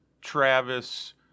Travis